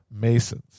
Masons